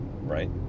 right